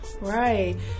Right